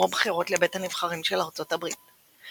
הבחירות לבית הנבחרים של ארצות הברית,